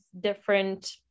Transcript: different